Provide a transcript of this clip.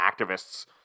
activists